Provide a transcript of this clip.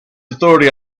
authority